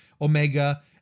Omega